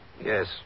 Yes